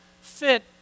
fit